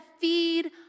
feed